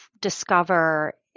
discover